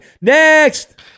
Next